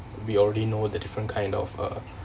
we already know the different kind of uh